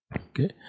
okay